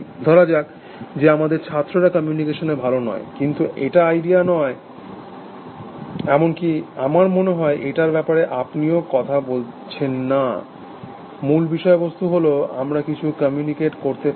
ধরা যাক যে আমাদের ছাত্ররা কমিউনিকেশনে ভালো নয় কিন্তু এটা আইডিয়া নয় এমনকি আমার মনে হয় এটার ব্যাপারে আপনি কথাও বলছেন না মূল বিষয়বস্তু হল আমরা কিছু কমিউনিকেট করতে পারি